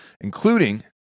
including